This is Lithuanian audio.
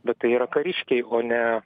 bet tai yra kariškiai o ne